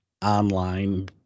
Online